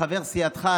חבר סיעתך,